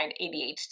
ADHD